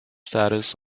status